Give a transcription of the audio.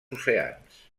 oceans